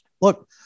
Look